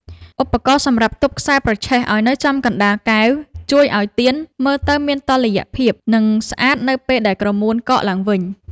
ឧបករណ៍សម្រាប់ទប់ខ្សែប្រឆេះឱ្យនៅចំកណ្ដាលកែវ ជួយឱ្យទៀនមើលទៅមានតុល្យភាព និងស្អាតនៅពេលដែលក្រមួនកកឡើងវិញ។